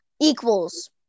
equals